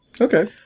Okay